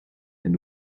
wenn